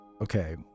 Okay